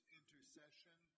intercession